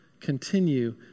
continue